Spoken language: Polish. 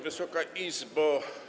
Wysoka Izbo!